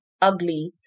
ugly